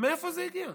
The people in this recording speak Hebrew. מאיפה זה הגיע?